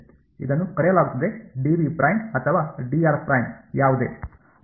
ಇದನ್ನು ಕರೆಯಲಾಗುತ್ತದೆ dv ಅಥವಾ dr ಯಾವುದೇ